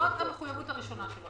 זאת המחויבות הראשונה שלו.